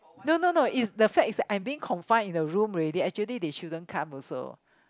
no no no is the fact is that I'm being confined in the room already actually they shouldn't come also